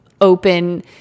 open